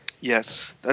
Yes